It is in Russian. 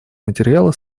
материала